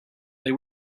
they